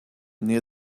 near